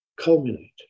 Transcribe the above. culminate